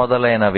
మొదలైనవి